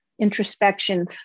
introspection